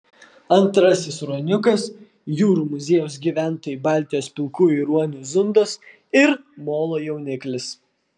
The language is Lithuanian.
antrasis ruoniukas jūrų muziejaus gyventojų baltijos pilkųjų ruonių zundos ir molo jauniklis